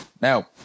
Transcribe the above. now